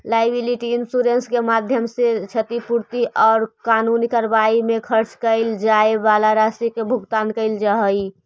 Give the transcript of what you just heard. liability insurance के माध्यम से क्षतिपूर्ति औउर कानूनी कार्रवाई में खर्च कैइल जाए वाला राशि के भुगतान कैइल जा हई